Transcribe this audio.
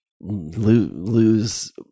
lose